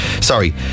Sorry